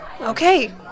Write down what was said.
Okay